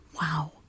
Wow